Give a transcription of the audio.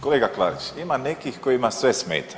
Kolega Klarić ima nekih kojima sve smeta.